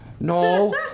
No